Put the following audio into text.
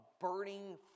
burning